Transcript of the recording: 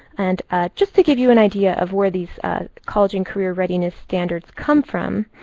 and ah just to give you an idea of where these college and career readiness standards come from,